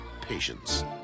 patience